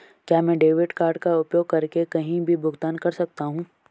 क्या मैं debit card का उपयोग करके कहीं भी भुगतान कर सकता हूं?